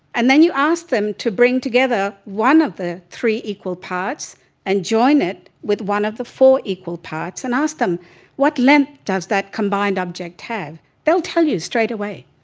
and then you ask them to bring together one of the three equal parts and join it with one of the four equal parts, and ask them what length does that combined object have. they'll tell you straight away,